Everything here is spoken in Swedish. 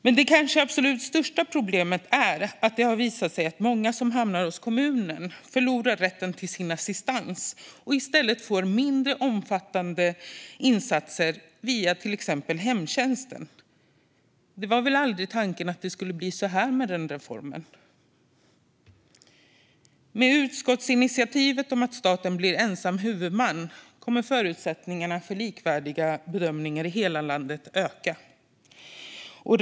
Men det kanske absolut största problemet är att det har visat sig att många som hamnar hos kommunen förlorar rätten till sin assistans och i stället får mindre omfattande insatser via till exempel hemtjänsten. Det var väl aldrig tanken att det skulle bli så med den här reformen. Med utskottsinitiativet om att staten blir ensam huvudman kommer förutsättningarna för likvärdiga bedömningar i hela landet att öka.